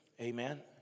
Amen